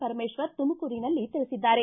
ಪರಮೇಶ್ವರ್ ತುಮಕೂರಿನಲ್ಲಿ ತಿಳಿಬದ್ದಾರೆ